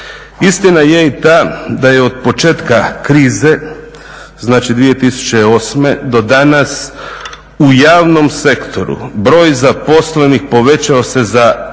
Istina je i ta da je od početka krize, znači 2008. do danas u javnom sektoru broj zaposlenih povećao se za preko